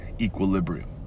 equilibrium